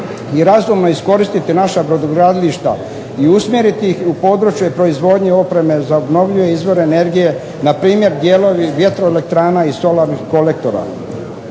i razumno iskoristiti naša brodogradilišta i usmjeriti ih u područje proizvodnje opreme za obnovljive izvore energije, npr. dijelovi vjetroelektrana i solarnih kolektora.